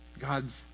God's